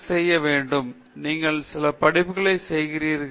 Tech செய்ய வேண்டும் நீங்கள் சில படிப்புகள் செய்கிறீர்கள்